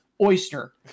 Oyster